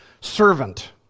servant